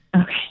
Okay